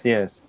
Yes